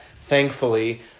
thankfully